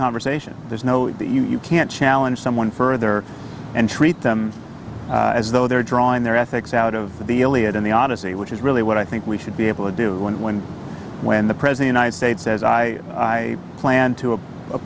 conversation there's no you can't challenge someone further and treat them as though they're drawing their ethics out of the iliad and the odyssey which is really what i think we should be able to do when when when the present in a state says i i planned to